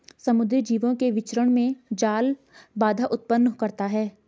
समुद्री जीवों के विचरण में जाल बाधा उत्पन्न करता है